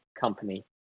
company